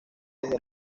desde